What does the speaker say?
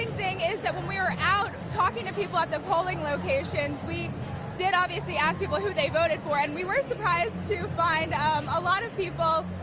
thing is that when we were out, talking to people at the polling locations, we did ask people who they voted for, and we were surprised to find a lot of people,